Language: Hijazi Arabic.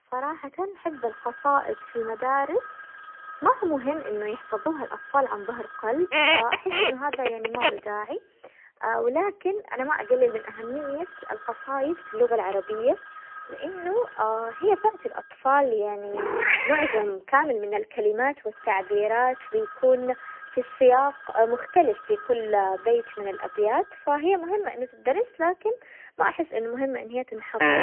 صراحة حفظ القصائد في المدارس ما هو مهم إنه يحفظوها الأطفال عن ظهر قلب، أحس إنه هذا يعني ما له داعي، ولكن أنا ما أقلل من أهمية القصايد في اللغة العربية لأنه هي تعطي الأطفال يعني معجم كامل من الكلمات والتعبيرات، ويكون في السياق مختلف في كل بيت من الأبيات، فهي مهمة إنه تتدرس لكن ما أحس إنه مهمة أن هي تنحفظ.